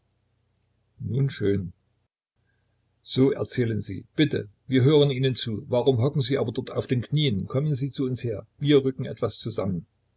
nun schön so erzählen sie bitte wir hören ihnen zu warum hocken sie aber dort auf den knien kommen sie zu uns her wir rücken etwas zusammen